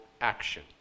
action